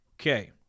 Okay